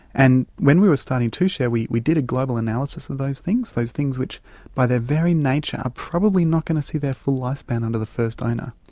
and when we were starting tushare we we did a global analysis of those things, those things which by their very nature are probably not going to see their full lifespan under the first owner,